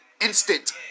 instant